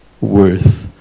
worth